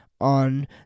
on